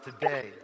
today